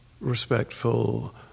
respectful